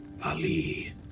Ali